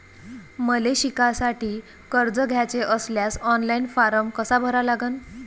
मले शिकासाठी कर्ज घ्याचे असल्यास ऑनलाईन फारम कसा भरा लागन?